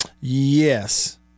Yes